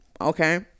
Okay